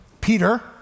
Peter